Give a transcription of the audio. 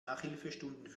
nachhilfestunden